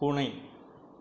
பூனை